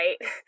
right